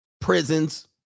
prisons